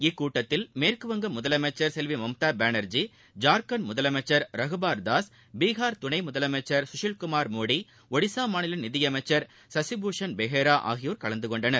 இக்கூட்டத்தில் மேற்குவங்க முதலமைச்சர் செல்வி மம்தா பானா்ஜி ஜார்க்கண்ட் முதலமைச்சா் ரகுபாா் தாஸ் பீகாா் துணை முதல்வா் குஷில்குமாா் மோடி ஒடிசா மாநில நிதியமைச்சர் சசி பூஷன் பெஹேரா ஆகியோர் கலந்து கொண்டனர்